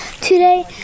today